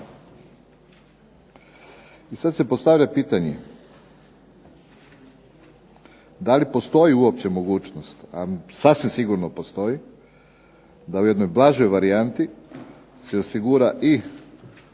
I sada se postavlja pitanje, da li postoji uopće mogućnost, a sasvim sigurno postoji, da u jednoj blažoj varijanti se osigura i